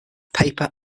paper